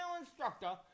instructor